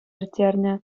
ирттернӗ